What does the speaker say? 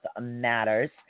matters